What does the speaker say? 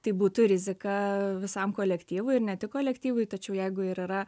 tai būtų rizika visam kolektyvui ir ne tik kolektyvui tačiau jeigu ir yra